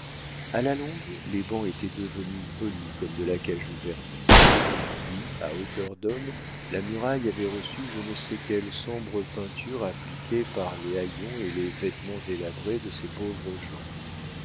a la longue les bancs étaient devenus polis comme de l'acajou verni puis à hauteur d'homme la muraille avait reçu je ne sais quelle sombre peinture appliquée par les haillons et les vêtements délabrés de ces pauvres gens